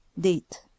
Date